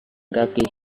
kaki